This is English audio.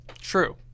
True